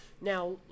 Now